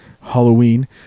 Halloween